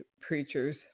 preachers